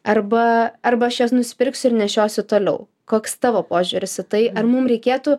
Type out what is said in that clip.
arba arba aš juos nusipirksiu ir nešiosiu toliau koks tavo požiūris į tai ar mum reikėtų